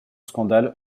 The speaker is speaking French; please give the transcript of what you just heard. scandale